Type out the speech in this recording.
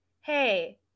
hey